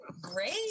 Great